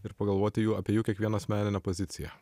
ir pagalvoti jų apie jų kiekvieno asmeninę poziciją